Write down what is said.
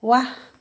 ৱাহ